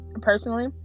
personally